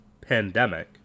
pandemic